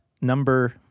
number